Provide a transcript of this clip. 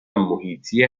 محیطی